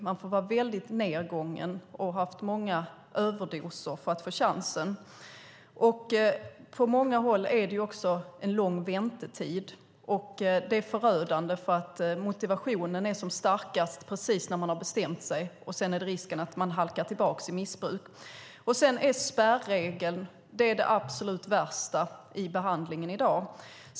Man måste vara mycket nedgången med många överdoser för att få en chans. På många håll är det lång väntetid. Det är förödande. Motivationen är som starkast precis när man har bestämt sig. Sedan finns en risk att halka tillbaka i missbruk. Spärregeln är värst i behandlingen i dag.